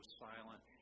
silent